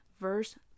verse